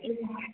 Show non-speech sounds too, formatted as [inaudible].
[unintelligible]